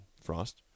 Frost